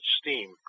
steam